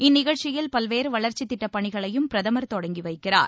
இந்நிகழ்ச்சியில் பல்வேறு வளர்ச்சி திட்டப்பணிகளையும் பிரதமர் தொடங்கி வைக்கிறார்